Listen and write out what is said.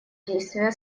действия